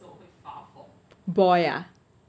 boy ah